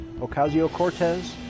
Ocasio-Cortez